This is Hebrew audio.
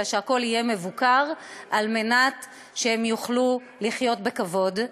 אלא שהכול יהיה מבוקר על מנת שהם יוכלו לחיות בכבוד.